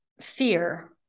fear